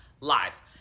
lies